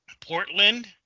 Portland